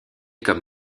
comme